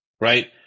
right